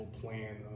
plan